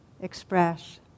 express